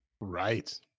Right